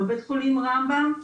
לא בית חולים רמב"ם,